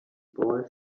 boy